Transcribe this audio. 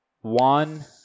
one